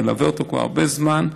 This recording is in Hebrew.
מלווה אותו כבר הרבה זמן,